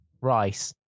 Rice